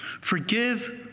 Forgive